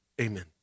Amen